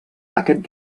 aquest